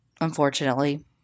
Unfortunately